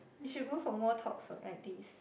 you should go for more talks like this